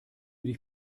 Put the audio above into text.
dich